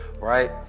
right